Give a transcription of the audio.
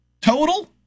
total